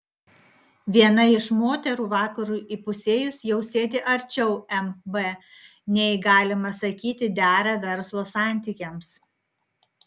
viena iš moterų vakarui įpusėjus jau sėdi arčiau mb nei galima sakyti dera verslo santykiams